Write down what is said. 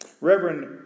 Reverend